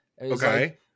okay